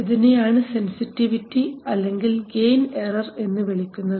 ഇതിനെയാണ് സെൻസിറ്റിവിറ്റി അല്ലെങ്കിൽ gain error എന്നു വിളിക്കുന്നത്